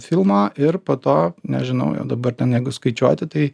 filmo ir po to nežinau jau dabar ten jeigu skaičiuoti tai